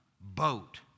boat